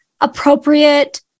appropriate